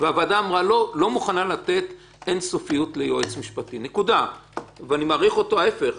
שאנחנו עקרונית מתנגדים לביטול כליל של תקופות ההתיישנות בעבירות מין